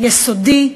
יסודי,